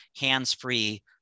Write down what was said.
hands-free